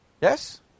Yes